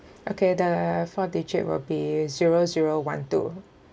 okay the four digit will be zero zero one two